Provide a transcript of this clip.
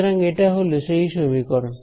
সুতরাং এটি হলো সেই সমীকরণ